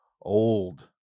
old